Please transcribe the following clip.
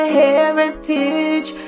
heritage